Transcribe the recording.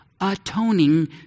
atoning